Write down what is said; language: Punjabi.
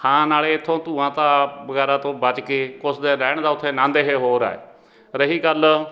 ਹਾਂ ਨਾਲੇ ਇਥੋਂ ਧੂੰਆਂ ਤਾਂ ਵਗੈਰਾ ਤੋਂ ਬਚ ਕੇ ਕੁਛ ਦੇਰ ਰਹਿਣ ਦਾ ਉੱਥੇ ਆਨੰਦ ਇਹ ਹੋਰ ਹੈ ਰਹੀ ਗੱਲ